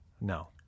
no